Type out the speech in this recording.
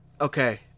okay